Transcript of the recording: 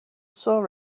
saw